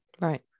Right